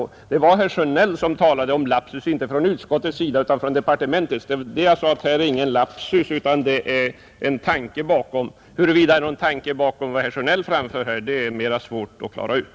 Och det var herr Sjönell som talade om en lapsus, inte från utskottets utan från departementets sida, och det var det jag svarade på och sade att här är inte någon lapsus begången, utan det ligger en tanke bakom. Huruvida det ligger någon tanke bakom det som herr Sjönell här anförde är däremot mera svårt att klara ut.